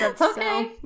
Okay